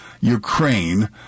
Ukraine